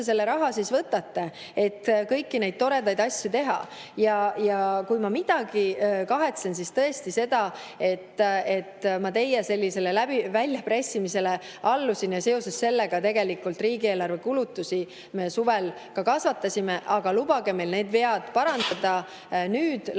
selle raha võtaksite, et kõiki neid toredaid asju teha. Ja kui ma midagi kahetsen, siis tõesti seda, et ma teie sellisele väljapressimisele allusin ja seoses sellega me tegelikult riigieelarve kulutusi suvel kasvatasime. Aga lubage meil need vead nüüd parandada.